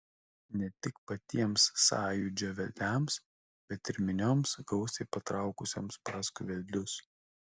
ne tik patiems sąjūdžio vedliams bet ir minioms gausiai patraukusioms paskui vedlius